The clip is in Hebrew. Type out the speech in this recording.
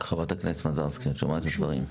הכנסת מזרסקי, את שומעת את הדברים.